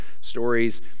stories